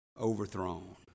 overthrown